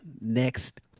next